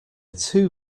too